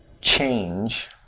change